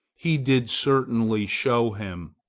he did certainly show him.